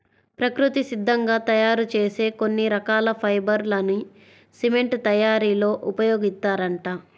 ప్రకృతి సిద్ధంగా తయ్యారు చేసే కొన్ని రకాల ఫైబర్ లని సిమెంట్ తయ్యారీలో ఉపయోగిత్తారంట